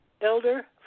Elder